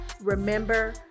remember